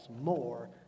more